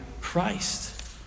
Christ